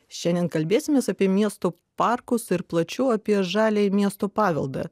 šiandien kalbėsimės apie miestų parkus ir plačiau apie žaliąjį miesto paveldą